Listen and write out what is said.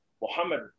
Muhammad